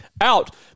out